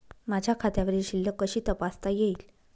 माझ्या खात्यावरील शिल्लक कशी तपासता येईल?